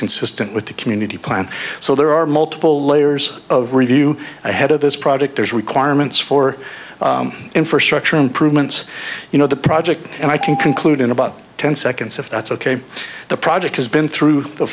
consistent with the community plan so there are multiple layers of review ahead of this project there's requirements for infrastructure improvements you know the project and i can conclude in about ten seconds if that's ok the project has been through the